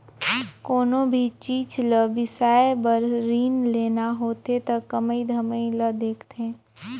कोनो भी चीच ल बिसाए बर रीन लेना होथे त कमई धमई ल देखथें